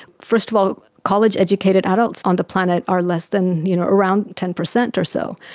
first of all, college educated adults on the planet are less than you know around ten percent or so,